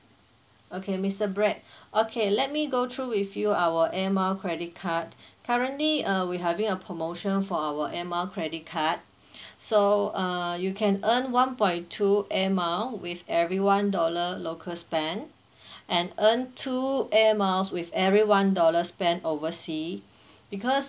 okay mister brad okay let me go through with you our air mile credit card currently uh we having a promotion for our air mile credit card so uh you can earn one point two air mile with every one dollar local spend and earn two airmiles with every one dollar spent oversea because